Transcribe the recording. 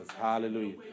Hallelujah